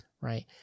right